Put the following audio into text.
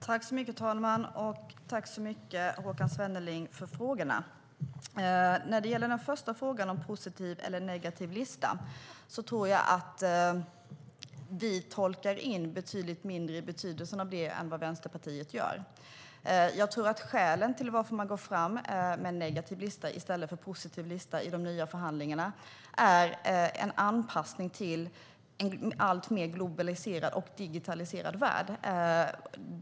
Herr talman! Tack för frågorna, Håkan Svenneling! När det gäller den första frågan om en positiv eller en negativ lista tror jag att vi tolkar in betydligt mindre i det än vad Vänsterpartiet gör. Jag tror att skälen till att man går fram med en negativ lista i stället för en positiv lista i de nya förhandlingarna är en anpassning till en alltmer globaliserad och digitaliserad värld.